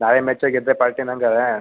ನಾಳೆ ಮ್ಯಾಚಲ್ಲಿ ಗೆದ್ದರೆ ಪಾರ್ಟಿನಾ ಹಂಗಾದ್ರೆ